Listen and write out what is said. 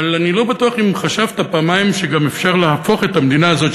אבל אני לא בטוח אם חשבת פעמיים על כך שגם אפשר להפוך את המדינה הזאת,